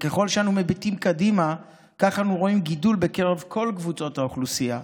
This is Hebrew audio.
וככל שאנו מביטים קדימה כך אנו רואים גידול בקרב כל קבוצות האוכלוסייה.